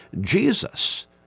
Jesus